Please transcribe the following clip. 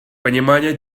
понимания